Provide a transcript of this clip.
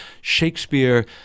Shakespeare